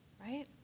right